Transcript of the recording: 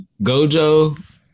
Gojo